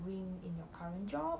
doing in your current job